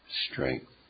strength